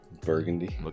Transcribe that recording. Burgundy